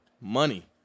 money